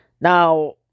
Now